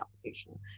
application